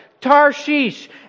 Tarshish